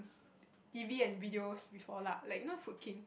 T_V and videos before lah like you know Food-King